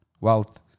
wealth